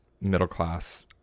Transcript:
middle-class